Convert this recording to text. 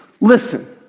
listen